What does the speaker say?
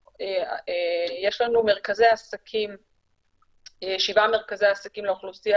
יש לנו שבעה מרכזי עסקים לאוכלוסייה